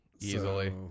easily